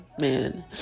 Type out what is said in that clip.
man